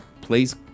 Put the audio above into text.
please